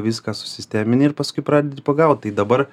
viską susistemini ir paskui pradedi pagaut tai dabar